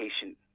patient